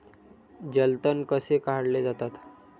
जलतण कसे काढले जातात?